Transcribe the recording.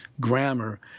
grammar